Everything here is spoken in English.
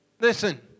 Listen